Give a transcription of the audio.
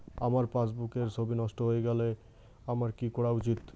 আমার পাসবুকের ছবি নষ্ট হয়ে গেলে আমার কী করা উচিৎ?